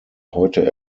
heute